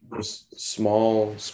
Small